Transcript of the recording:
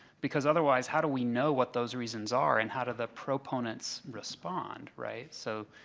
because otherwise, how do we know what those reasons are and how do the proponents respond, right? so,